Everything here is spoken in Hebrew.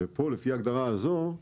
לפי ההגדרה הזאת,